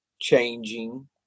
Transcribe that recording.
changing